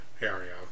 area